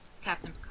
Captain